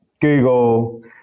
Google